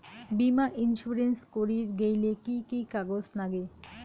বীমা ইন্সুরেন্স করির গেইলে কি কি কাগজ নাগে?